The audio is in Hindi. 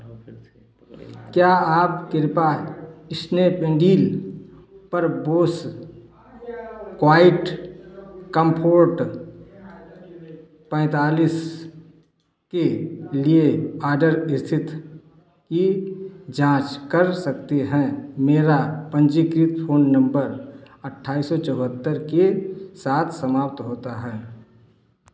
क्या आप कृपा इस्नेपडील पर बोस क्वाइट कम्फर्ट पैंतालीस के लिए ऑर्डर स्थिति की जाँच कर सकते हैं मेरा पंजीकृत फोन नंबर अट्ठाईस सौ चौहत्तर के साथ समाप्त होता है